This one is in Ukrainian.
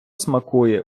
смакує